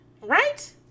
right